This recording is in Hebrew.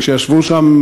שישבו שם,